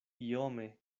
iome